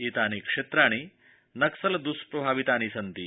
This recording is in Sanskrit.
एतानि क्षेत्राणि नक्सल दृष्प्रभावितानि सन्ति